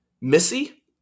Missy